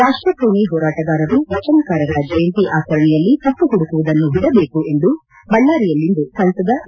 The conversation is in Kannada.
ರಾಪ್ಟಪ್ರೇಮಿ ಹೋರಾಟಗಾರರು ವಚನಕಾರರ ಜಯಂತಿ ಆಚರಣೆಯಲ್ಲಿ ತಪ್ಪು ಹುಡುಕುವುದನ್ನು ಬಿಡಬೇಕು ಎಂದು ಬಳ್ಳಾರಿಯಲ್ಲಿಂದು ಸಂಸದ ವಿ